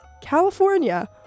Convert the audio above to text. California